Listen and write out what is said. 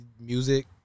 music